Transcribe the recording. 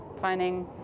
finding